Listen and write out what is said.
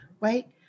right